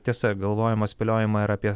tiesa galvojama spėliojama ir apie